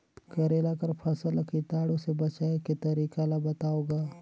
करेला कर फसल ल कीटाणु से बचाय के तरीका ला बताव ग?